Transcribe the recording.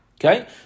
Okay